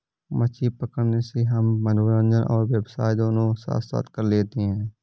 मछली पकड़ने से हम मनोरंजन और व्यवसाय दोनों साथ साथ कर लेते हैं